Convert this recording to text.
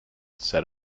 said